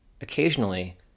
Occasionally